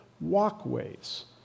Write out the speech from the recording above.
walkways